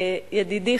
ידידי,